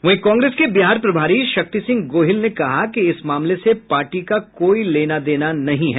वहीं कांग्रेस के बिहार प्रभारी शक्ति सिंह गोहिल ने कहा कि इस मामले से पार्टी का कोई लेना देना नहीं है